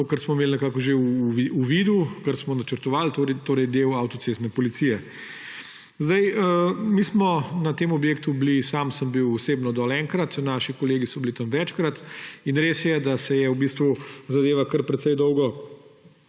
to, kar smo imeli nekako že v vidu, kar smo načrtovali, torej del avtocestne policije. Mi smo na tem objektu bili, sam sem bil osebno dol enkrat, naši kolegi so bili tam večkrat, in res je, da se je v bistvu zadeva kar precej dolgo